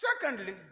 Secondly